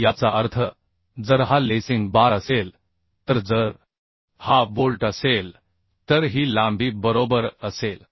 याचा अर्थ जर हा लेसिंग बार असेल तर जर हा बोल्ट असेल तर ही लांबी बरोबर असेल